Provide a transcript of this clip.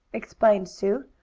explained sue,